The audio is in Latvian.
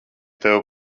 tevi